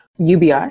UBI